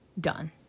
done